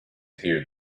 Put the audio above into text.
hear